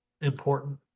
important